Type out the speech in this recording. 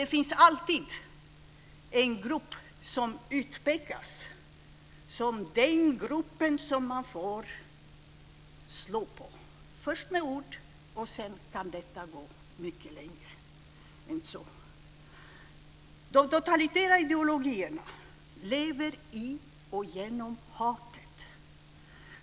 Det finns alltid en grupp som utpekas som den grupp som man får slå på, först med ord och senare kan det gå mycket längre. De totalitära ideologierna lever i och genom hatet.